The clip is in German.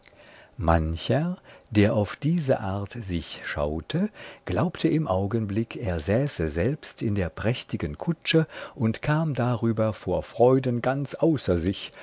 mancher der auf diese art sich schaute glaubte im augenblick er säße selbst in der prächtigen kutsche und kam darüber vor freuden ganz außer sich